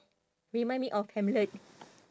remind me of hamlet